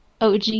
OG